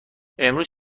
امروز